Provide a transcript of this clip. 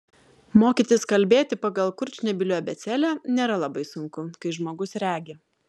mokytis kalbėti pagal kurčnebylių abėcėlę nėra labai sunku kai žmogus regi